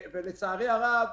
לצערי הרב,